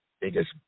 biggest